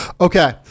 Okay